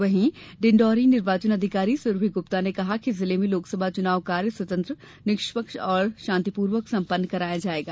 वहीं डिंडौरी निर्वाचन अधिकारी सुरभि गुप्ता ने कहा कि जिले में लोकसभा चुनाव कार्य स्वतंत्र निष्पक्ष एवं शांतिपूर्वक संपन्न कराया जायेगा